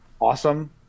awesome